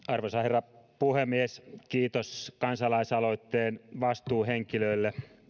arvoisa herra puhemies kiitos kansalaisaloitteen vastuuhenkilöille